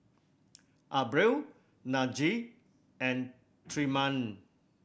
Abril Najee and Tremaine